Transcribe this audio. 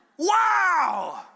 wow